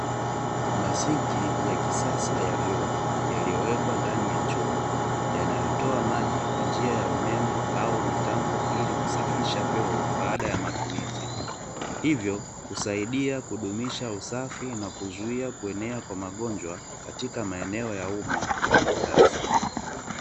Masinki ya kisasa ya vyoo yaliyo wekwa ndani ya choo yanayo toa maji kwa njia ya umeme au mitambo ili kusafisha vyombo baada ya matumizi. Hivyo kusaidia kudumisha usafi na kuzuia kuenea kwa magonjwa katika maeneo ya umma na makazi.